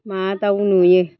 मा दाउ नुयो